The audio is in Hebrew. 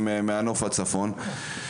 ומנופי הצפון והגליל.